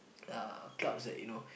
uh clubs that you know